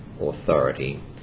authority